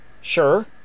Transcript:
Sure